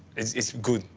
it's, it's good.